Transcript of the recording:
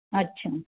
अच्छा